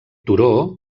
turó